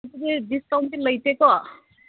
ꯑꯗꯨꯗꯤ ꯗꯤꯁꯀꯥꯎꯟꯇꯤ ꯂꯩꯇꯦꯀꯣ